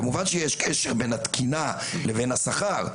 כמובן שיש קשר בין התקינה לבין השכר.